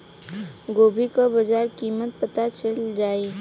गोभी का बाजार कीमत पता चल जाई?